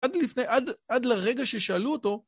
עד לפני, עד לרגע ששאלו אותו...